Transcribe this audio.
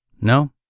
No